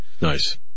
Nice